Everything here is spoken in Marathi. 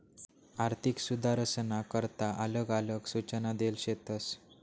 आर्थिक सुधारसना करता आलग आलग सूचना देल शेतस